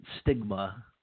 stigma